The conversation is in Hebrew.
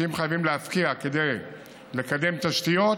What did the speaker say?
שאם חייבים להפקיע כדי לקדם תשתיות,